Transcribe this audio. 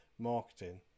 marketing